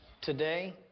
today